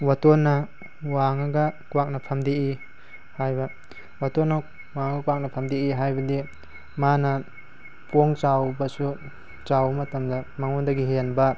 ꯋꯥꯇꯣꯟꯅ ꯋꯥꯡꯉꯒ ꯀ꯭ꯋꯥꯛꯅ ꯐꯝꯗꯦꯛꯏ ꯍꯥꯏꯕ ꯋꯥꯇꯣꯟꯅ ꯋꯥꯡꯉ ꯀ꯭ꯋꯥꯛꯅ ꯐꯝꯗꯦꯛꯏ ꯍꯥꯏꯕꯗꯤ ꯃꯥꯅ ꯄꯣꯡꯕ ꯆꯥꯎꯕꯁꯨ ꯆꯥꯎꯕ ꯃꯇꯝꯗ ꯃꯉꯣꯟꯗꯒꯤ ꯍꯦꯟꯕ